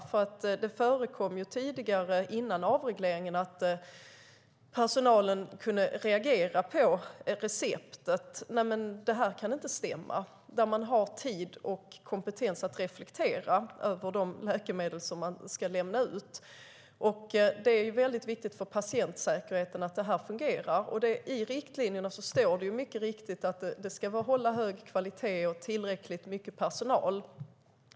Före avregleringen hände det att personalen reagerade på ett recept, alltså när de hade tid och kompetens att reflektera över de läkemedel som de skulle lämna ut. De kunde se när något inte stämde. Det är viktigt för patientsäkerheten att det fungerar. I riktlinjerna står mycket riktigt att apoteken ska hålla hög kvalitet och ha tillräckligt med personal.